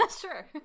Sure